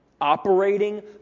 Operating